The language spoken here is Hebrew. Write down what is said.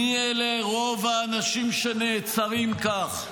מי אלה רוב האנשים שנעצרים כך?